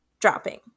dropping